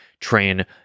train